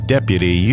Deputy